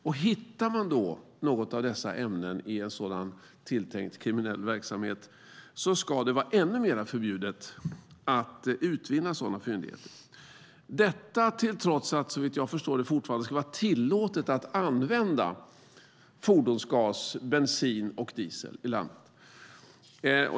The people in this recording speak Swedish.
Om man hittar något av dessa ämnen i en sådan tilltänkt kriminell verksamhet ska det vara ännu mer förbjudet att utvinna sådana fyndigheter. Detta till trots ska det, såvitt jag förstår, fortfarande vara tillåtet att använda fordonsgas, bensin och diesel i landet.